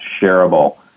shareable